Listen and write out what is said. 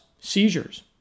seizures